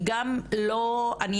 אני